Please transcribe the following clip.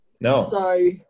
No